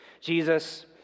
Jesus